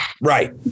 right